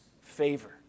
favor